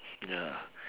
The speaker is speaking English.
ya